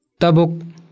Tabuk